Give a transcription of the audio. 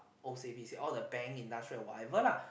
o_c_b_c all the bank industrial whatever lah